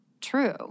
true